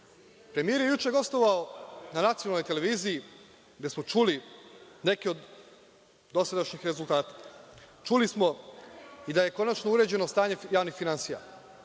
mržnja? Premijer je juče gostovao na nacionalnoj televiziji gde smo čuli neke od dosadašnjih rezultata. Čuli smo i da je konačno uređeno stanje javnih finansija,